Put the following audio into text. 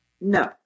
No